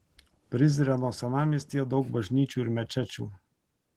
prizreno senamiestyje daug bažnyčių ir mečečių